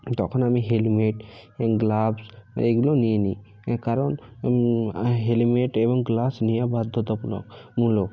তখন আমি হেলমেট এ গ্লাভস এগুলো নিয়ে নিই কারণ হেলমেট এবং গ্লাভস নেওয়া বাধ্যতামূলক মূলক